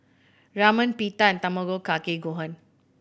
Ramen Pita and Tamago Kake Gohan